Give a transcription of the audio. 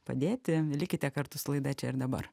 padėti likite kartu su laida čia ir dabar